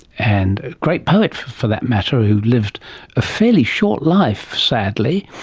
and a great poet for that matter who lived a fairly short life, sadly,